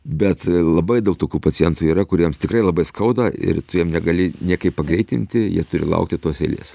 bet labai daug tokių pacientų yra kuriems tikrai labai skauda ir tu jiem negali niekaip pagreitinti jie turi laukti tos eilės